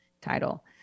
title